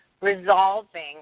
resolving